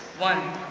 one,